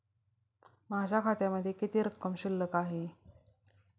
माझ्या खात्यामध्ये किती रक्कम शिल्लक आहे?